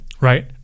right